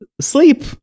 sleep